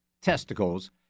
testicles